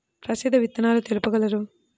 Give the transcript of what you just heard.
ప్రసిద్ధ విత్తనాలు తెలుపగలరు?